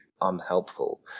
unhelpful